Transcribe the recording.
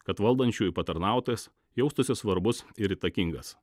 kad valdančiųjų patarnautojas jaustųsi svarbus ir įtakingas